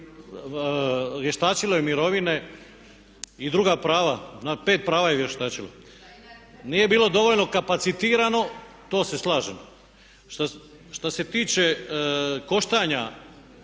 vještačilo je i mirovine i druga prava, na pet prava je vještačilo. Nije dobilo dovoljno kapacitirano to se slažem. Što se tiče koštanja